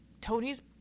Tony's